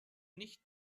nicht